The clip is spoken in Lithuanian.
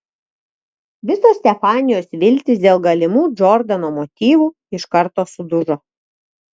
visos stefanijos viltys dėl galimų džordano motyvų iš karto sudužo